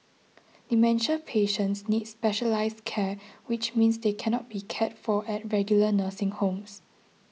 dementia patients need specialised care which means they cannot be cared for at regular nursing homes